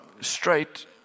straight